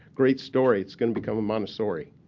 great story, it's going to become a montessori.